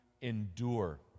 endure